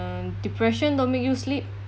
depression don't make you sleep